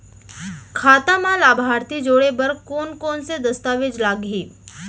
खाता म लाभार्थी जोड़े बर कोन कोन स दस्तावेज लागही?